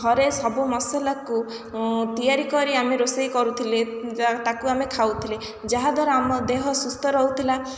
ଘରେ ସବୁ ମସଲା କୁ ତିଆରିକରି ଆମେ ରୋଷେଇ କରୁଥିଲେ ତାକୁ ଆମେ ଖାଉଥିଲେ ଯାହାଦ୍ୱାରା ଆମ ଦେହ ସୁସ୍ଥ ରହୁଥିଲା